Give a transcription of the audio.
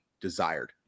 desired